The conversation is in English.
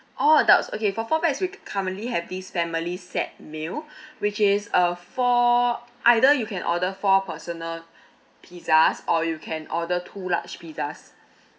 all adults okay for four pax we currently have this family set meal which is uh four either you can order four personal pizzas or you can order two large pizzas